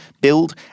build